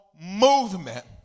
movement